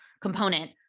component